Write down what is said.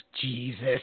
Jesus